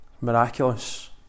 Miraculous